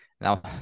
Now